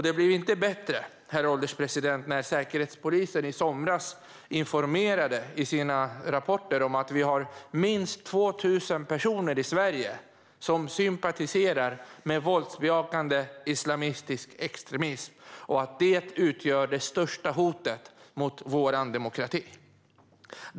Det blir inte bättre, herr ålderspresident, av att Säkerhetspolisen i sina rapporter i somras informerade om att vi har minst 2 000 personer i Sverige som sympatiserar med våldsbejakande islamistisk extremism och att det utgör det största hotet mot vår demokrati.